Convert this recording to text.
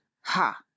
ha